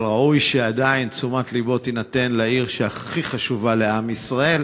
אבל עדיין ראוי שתשומת לבו תינתן לעיר הכי חשובה לעם ישראל,